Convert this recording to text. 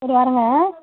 சரி வரேங்க